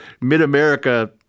mid-America